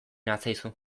natzaizu